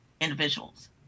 individuals